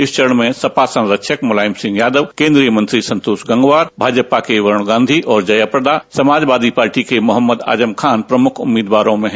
इस चरण में सपा संरक्षक मुलायम सिंह यादव केंद्रीय मंत्री संतोष गंगवार भाजपा के वरुण गांधी और जयाप्रदा समाजवादी पार्टी के मोहम्मद आजम खान प्रमुख उम्मीदवारों में हैं